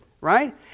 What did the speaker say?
right